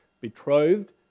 betrothed